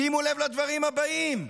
שימו ללב לדברים הבאים: